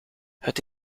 het